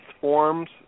forms